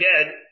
again